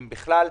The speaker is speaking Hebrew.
אם בכלל,